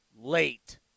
Late